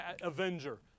avenger